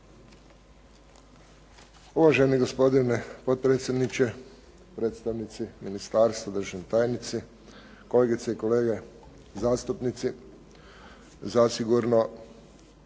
Uvaženi gospodine potpredsjedniče, predstavnici ministarstva, državni tajnici, kolegice i kolege zastupnici. Zasigurno